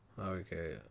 Okay